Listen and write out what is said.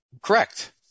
Correct